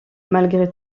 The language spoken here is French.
malgré